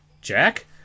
Jack